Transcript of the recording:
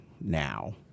now